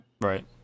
Right